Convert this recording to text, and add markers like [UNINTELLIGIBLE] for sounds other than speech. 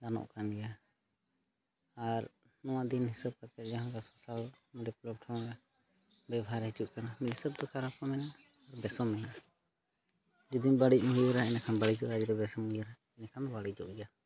ᱜᱟᱱᱚᱜᱠᱟᱱ ᱜᱮᱭᱟ ᱟᱨ ᱱᱚᱣᱟᱫᱤᱱ ᱦᱤᱥᱟᱹᱵᱽ ᱠᱟᱛᱮᱫ ᱡᱟᱦᱟᱱᱞᱮᱠᱟ ᱥᱳᱥᱟᱞ ᱢᱤᱰᱤᱭᱟ ᱯᱞᱟᱴᱯᱷᱚᱨᱢᱨᱮ ᱵᱮᱵᱷᱟᱨ ᱦᱤᱡᱩᱜ ᱠᱟᱱᱟ ᱢᱤᱫ ᱦᱤᱥᱟᱹᱵᱽᱛᱮ ᱠᱷᱟᱨᱟᱯ ᱦᱚᱸ ᱢᱮᱱᱟᱜᱼᱟ ᱵᱮᱥ ᱦᱚᱸ ᱢᱮᱱᱟᱜᱼᱟ ᱡᱩᱫᱤᱢ ᱫᱟᱲᱮᱜᱵᱷᱳᱨ ᱮᱱᱠᱷᱟᱱ [UNINTELLIGIBLE] ᱵᱮᱥᱚᱢ ᱜᱮᱭᱟ ᱮᱱᱠᱷᱟᱱ ᱵᱟᱹᱲᱤᱡᱚᱜ ᱜᱮᱭᱟ